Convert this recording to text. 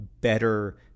better